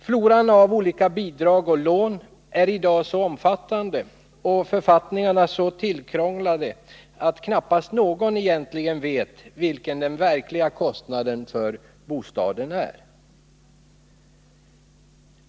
Floran av olika bidrag och lån är i dag så omfattande och författningarna så tillkrånglade att knappast någon egentligen vet vilken den verkliga kostnaden för bostaden är.